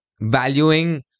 valuing